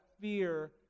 fear